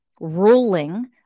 ruling